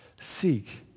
seek